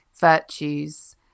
virtues